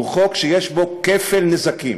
הוא חוק שיש בו כפל נזקים,